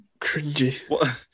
Cringy